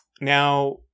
Now